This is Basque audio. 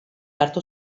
hartu